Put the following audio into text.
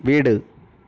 வீடு